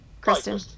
Kristen